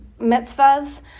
mitzvahs